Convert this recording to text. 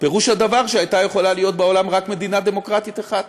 פירוש הדבר שהייתה יכולה להיות בעולם רק מדינה דמוקרטית אחת,